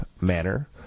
manner